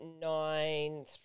nine